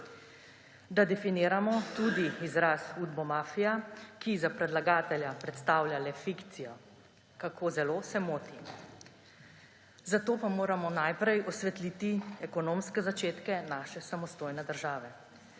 Da definiramo tudi izraz udbomafija, ki za predlagatelja predstavlja le fikcijo. Kako zelo se moti. Zato pa moramo najprej osvetliti ekonomske začetke naše samostojne države.